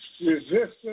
resistance